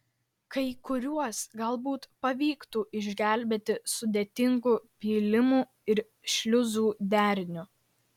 kai kuriuos galbūt pavyktų išgelbėti sudėtingu pylimų ir šliuzų deriniu